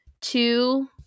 Two